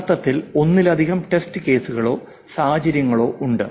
യഥാർത്ഥത്തിൽ ഒന്നിലധികം ടെസ്റ്റ് കേസുകളോ സാഹചര്യങ്ങളോ ഉണ്ട്